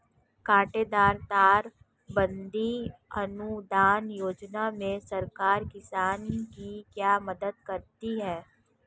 कांटेदार तार बंदी अनुदान योजना में सरकार किसान की क्या मदद करती है?